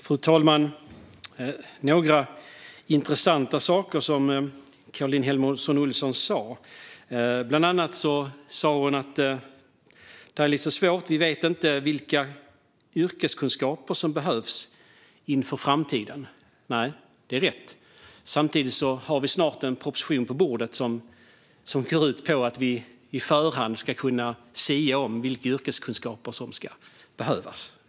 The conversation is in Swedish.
Fru talman! Caroline Helmersson Olsson sa några intressanta saker. Bland annat sa hon att det är lite svårt - vi vet inte vilka yrkeskunskaper som behövs inför framtiden. Det är rätt. Samtidigt har vi snart en proposition på bordet som går ut på att vi på förhand ska kunna sia om vilka yrkeskunskaper som kommer att behövas.